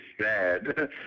sad